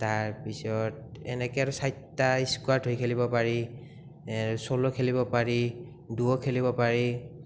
তাৰ পিছত এনেকে আৰু চাৰিটা স্কোৱাৰ্ড হৈ খেলিব পাৰি চ'ল' খেলিব পাৰি দুৱ' খেলিব পাৰি